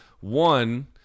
One